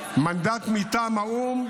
מנדט מטעם האו"ם,